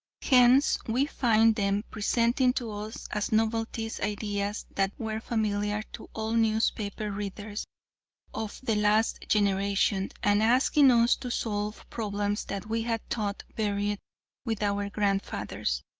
whence we find them presenting to us as novelties ideas that were familiar to all newspaper readers of the last generation and asking us to solve problems that we had thought buried with our grandfathers.